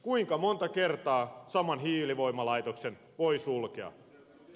kuinka monta kertaa saman hiilivoimalaitoksen voi sulkea